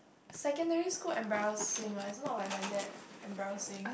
secondary school embarrassing ah is not like like that embarrassing